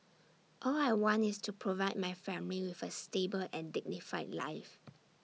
all I want is to provide my family with A stable and dignified life